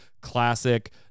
classic